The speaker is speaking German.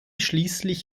schließlich